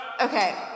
Okay